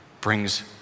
brings